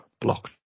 blocked